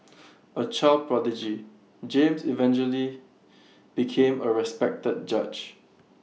A child prodigy James eventually became A respected judge